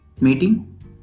meeting